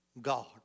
God